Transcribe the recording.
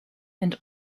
and